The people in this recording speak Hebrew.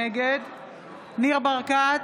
נגד ניר ברקת,